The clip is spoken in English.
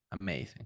amazing